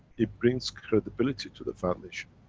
it brings credibility to the foundation.